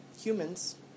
humans